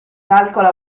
calcolo